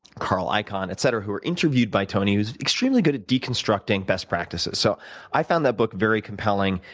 carl icahn, etc. who are interviewed by tony who is extremely good at deconstructing best practices. so i found that book very compelling,